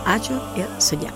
ačiū ir sudie